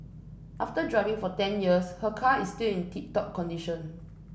after driving for ten years her car is still in tip top condition